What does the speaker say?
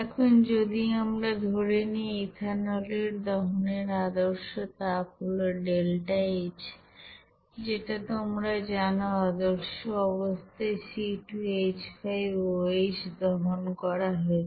এখন যদি আমরা ধরে নেই ইথানল এর দহনের আদর্শ তাপ হল ডেল্টা H যেটা তোমরা জানো আদর্শ অবস্থায় C2H5OH দহন করা হয়েছে